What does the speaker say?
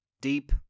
deep